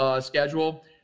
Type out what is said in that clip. schedule